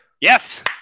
Yes